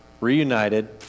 reunited